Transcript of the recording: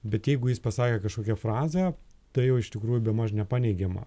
bet jeigu jis pasakė kažkokią frazę tai jau iš tikrųjų bemaž nepaneigiama